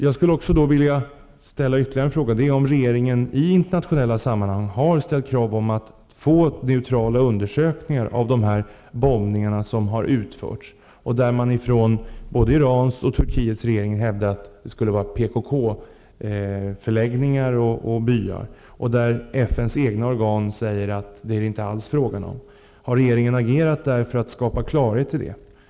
Jag skulle vilja fråga om regeringen i internationella sammanhang har ställt krav på neutrala undersökningar av de bombningar som utförts. Både Irans och Turkiets regering hävdar ju att det skulle ha gällt PKK-förläggningar och byar. FN:s egna organ säger att det är det inte alls fråga om. Har regeringen agerat för att skapa klarhet i detta?